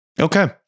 Okay